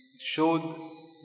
showed